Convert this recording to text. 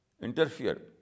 interfere